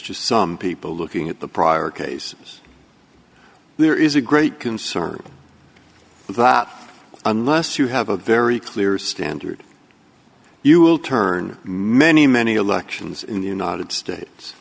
just some people looking at the prior cases there is a great concern about unless you have a very clear standard you will turn many many elections in the united states